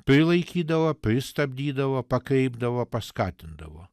prilaikydavo pristabdydavo pakreipdavo paskatindavo